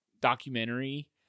documentary